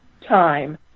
time